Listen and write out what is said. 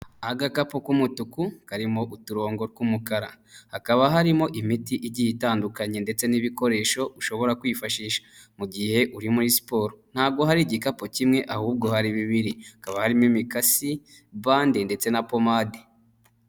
Agakapu k'umutuku karimo uturongo tw'umukara. Hakaba harimo imiti igiye itandukanye ndetse n'ibikoresho ushobora kwifashisha mu gihe uri muri siporo. Ntabwo hari igikapu kimwe ahubwo hari bibiri; hakaba harimo imikasi, bande ndetse na pomadi.